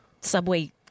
Subway